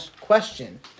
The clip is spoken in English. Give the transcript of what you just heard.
question